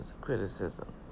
criticism